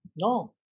No